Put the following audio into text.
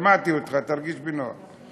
שמעתי אותך, תרגיש בנוח.